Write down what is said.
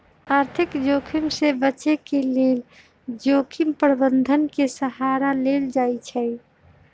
आर्थिक जोखिम से बचे के लेल जोखिम प्रबंधन के सहारा लेल जाइ छइ